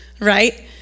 right